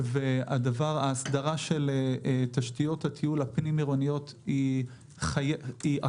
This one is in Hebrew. ההסדרה של תשתיות התיעול הפנים-עירוני היא אקוטית,